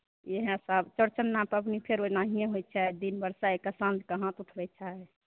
इहें सब चौरचन्ना पाबनि फेर ओनाहिये होइ छै दिन भरि सैह कऽ साॅंझ कऽ हाथ उठबै छै